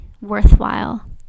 worthwhile